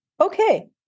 okay